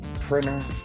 Printer